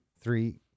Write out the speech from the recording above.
three